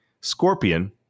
Scorpion